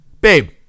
babe